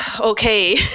Okay